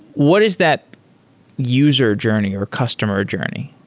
what is that user journey, or customer journey?